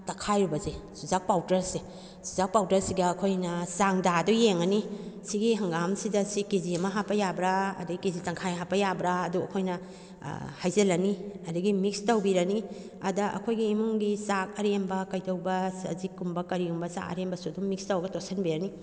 ꯇꯛꯈꯥꯏꯔꯤꯕꯁꯦ ꯆꯨꯖꯥꯛ ꯄꯥꯎꯗꯔꯁꯦ ꯆꯨꯖꯥꯛ ꯄꯥꯎꯗꯔꯁꯤꯒ ꯑꯩꯈꯣꯏꯅ ꯆꯥꯡꯗꯥꯗꯨ ꯌꯦꯡꯉꯅꯤ ꯁꯤꯒꯤ ꯍꯪꯒꯥꯝꯁꯤꯗ ꯁꯤ ꯀꯦ ꯖꯤ ꯑꯃ ꯍꯥꯞꯄ ꯌꯥꯕ꯭ꯔ ꯑꯗꯨꯗꯩ ꯀꯦ ꯖꯤ ꯇꯪꯈꯥꯏ ꯍꯥꯞꯄ ꯌꯥꯕ꯭ꯔ ꯑꯗꯨ ꯑꯩꯈꯣꯏꯅ ꯍꯩꯖꯜꯂꯅꯤ ꯑꯗꯨꯗꯒꯤ ꯃꯤꯛꯁ ꯇꯧꯕꯤꯔꯅꯤ ꯑꯗ ꯑꯩꯈꯣꯏꯒꯤ ꯏꯃꯨꯡꯒꯤ ꯆꯥꯛ ꯑꯔꯦꯝꯕ ꯀꯩꯗꯧꯕ ꯆꯖꯤꯛꯀꯨꯝꯕ ꯀꯔꯤꯒꯨꯝꯕ ꯆꯥꯛ ꯑꯔꯦꯝꯕꯁꯨ ꯑꯗꯨꯝ ꯃꯤꯛꯁ ꯇꯧꯔꯒ ꯇꯣꯠꯁꯤꯟꯕꯤꯔꯅꯤ